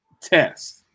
test